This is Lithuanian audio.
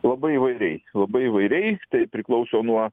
labai įvairiai labai įvairiai priklauso nuo